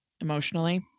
emotionally